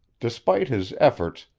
despite his efforts,